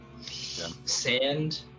sand